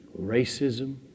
Racism